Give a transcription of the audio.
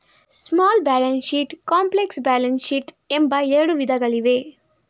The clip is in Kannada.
small balance sheets, complex balance sheets ಎಂಬ ಎರಡು ವಿಧಗಳಿವೆ